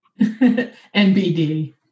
nbd